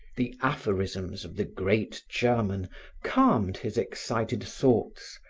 the aphorisms of the great german calmed his excited thoughts,